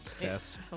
Yes